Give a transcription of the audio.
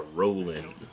rolling